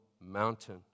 mountain